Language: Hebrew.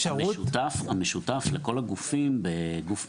המשותף לכל הגופים בגוף מנהל,